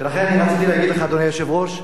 לכן רציתי להגיד לך, אדוני היושב ראש,